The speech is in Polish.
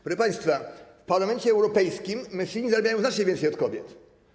Proszę państwa, w Parlamencie Europejskim mężczyźni zarabiają znacznie więcej od kobiet.